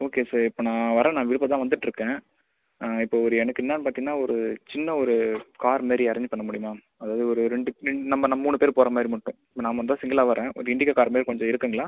okay sir இப்போ நான் வரேன் நான் விழுப்புரம் தான் வந்துட்டுருக்கேன் இப்போது ஒரு எனக்கு என்ன பார்த்தீங்கன்னா ஒரு சின்ன ஒரு கார் மாரி அரேஞ்ச் பண்ண முடியுமா அதாவது ஒரு இரண்டு நம்ம நம் மூன்று பேர் போகிற மாரி மட்டும் இப்போ நான் மட்டும் தான் சிங்கிளாக வரேன் ஒரு இண்டிகா கார் மாரி கொஞ்சம் இருக்குங்களா